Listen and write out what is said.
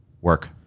work